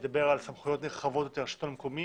שידבר על סמכויות נרחבות יותר לשלטון המקומי.